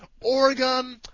Oregon